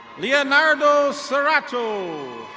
leonardo saratto.